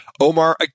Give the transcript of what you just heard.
Omar